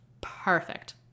Perfect